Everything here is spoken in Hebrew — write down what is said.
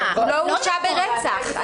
הורשע ברצח.